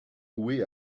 loué